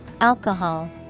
Alcohol